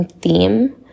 theme